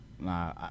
Nah